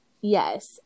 Yes